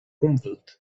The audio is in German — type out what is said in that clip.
umwelt